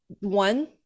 One